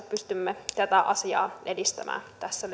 pystymme tätä asiaa edistämään tässä